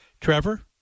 Trevor